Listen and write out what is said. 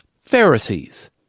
Pharisees